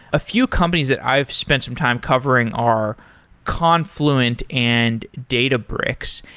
a few companies that i've spent some time covering are confluent and databricks,